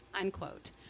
unquote